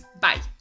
Bye